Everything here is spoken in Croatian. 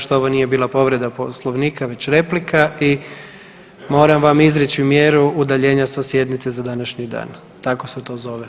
Zato što ovo nije bila povreda Poslovnika, već replika i moram vam izreći mjeru udaljenja sa sjednice za današnji dan tako se to zove.